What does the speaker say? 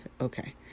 Okay